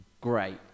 Great